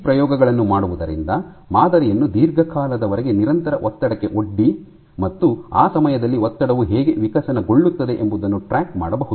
ಈ ಪ್ರಯೋಗಗಳನ್ನು ಮಾಡುವುದರಿಂದ ಮಾದರಿಯನ್ನು ದೀರ್ಘಕಾಲದವರೆಗೆ ನಿರಂತರ ಒತ್ತಡಕ್ಕೆ ಒಡ್ಡಿ ಮತ್ತು ಆ ಸಮಯದಲ್ಲಿ ಒತ್ತಡವು ಹೇಗೆ ವಿಕಸನಗೊಳ್ಳುತ್ತದೆ ಎಂಬುದನ್ನು ಟ್ರ್ಯಾಕ್ ಮಾಡಬಹುದು